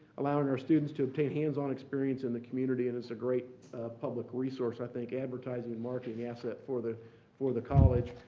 allowing our students to obtain hands-on experience in the community and it's a great public resource, i think, advertising and marketing asset for the for the college.